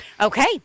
Okay